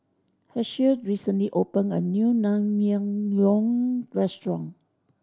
Hershel recently opened a new Naengmyeon Restaurant